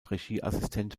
regieassistent